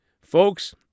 Folks